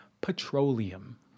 Petroleum